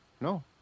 No